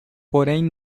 porém